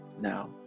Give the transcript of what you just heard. now